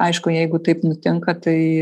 aišku jeigu taip nutinka tai